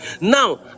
Now